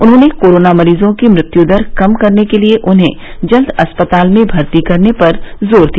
उन्होंने कोरोना मरीजों की मृत्यु दर कम करने के लिए उन्हें जल्द अस्पताल में भर्ती करने पर जोर दिया